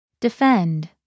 Defend